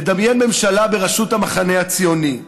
לדמיין ממשלה בראשות המחנה הציוני,